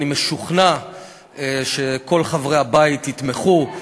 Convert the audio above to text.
אני משוכנע שכל חברי הבית יתמכו.